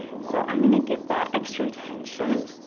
so i'm going to give that extra attention